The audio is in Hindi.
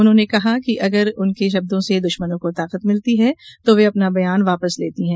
उन्होने कहा कि अगर उनके शब्दों से दुश्मनों को ताकत मिलती है तो वे अपना बयान वापस लेती हैं